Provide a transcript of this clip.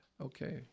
Okay